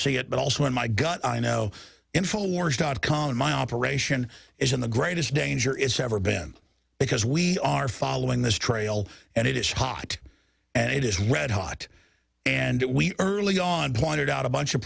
see it but also in my gut i know infowars dot com my operation isn't the greatest danger it's ever been because we are following this trail and it is hot and it is red hot and we early on pointed out a bunch of